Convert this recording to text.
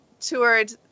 toured